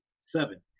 seven